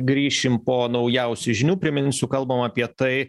grįšim po naujausių žinių priminsiu kalbam apie tai